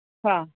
ആ